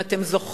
אם אתם זוכרים,